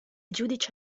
giudice